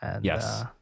Yes